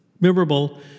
memorable